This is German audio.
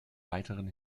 weiteren